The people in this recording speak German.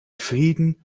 frieden